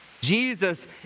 Jesus